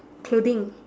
clothing